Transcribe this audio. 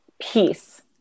Peace